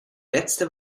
letzte